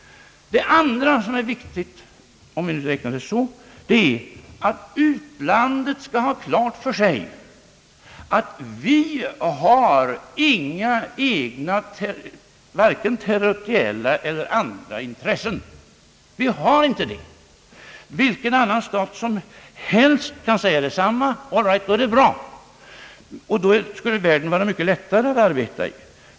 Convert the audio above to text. Det andra som är viktigt är att utlandet bör ha klart för sig att vi inte har några egna vare sig territoriella eller andra intressen. Vi har inte det. Om alla stater kunde säga detsamma, då skulle världen vara mycket lättare att arbeta i.